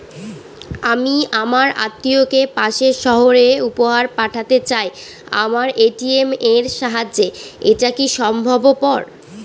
আমি আমার আত্মিয়কে পাশের সহরে উপহার পাঠাতে চাই আমার এ.টি.এম এর সাহায্যে এটাকি সম্ভবপর?